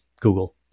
Google